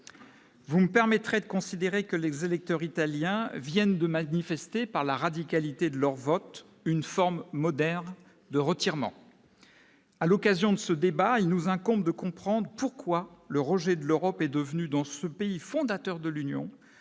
vous me permettrez de considérer que les électeurs italiens viennent de manifester par la radicalité de leur vote, une forme moderne de retirement. à l'occasion de ce débat, il nous incombe de comprendre pourquoi le rejet de l'Europe est devenue dans ce pays fondateurs de l'Union,